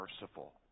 merciful